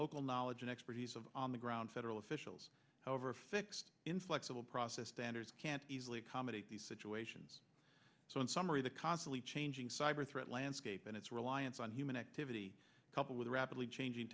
local knowledge and expertise of on the ground federal officials however fixed inflexible process standards can't easily accommodate these situations so in summary the constantly changing cyber threat landscape and its reliance on human activity coupled with a rapidly changing